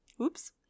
Oops